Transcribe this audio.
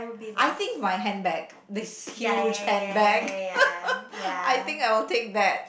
I think my handbag this huge handbag I think I will take that